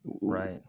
Right